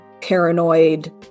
paranoid